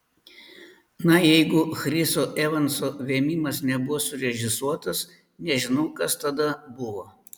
na jeigu chriso evanso vėmimas nebuvo surežisuotas nežinau kas tada buvo